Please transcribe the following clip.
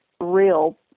real